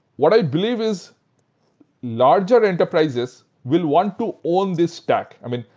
what i believe is larger enterprises will want to own this stack. i mean,